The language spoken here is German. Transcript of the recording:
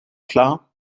klar